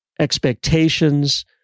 expectations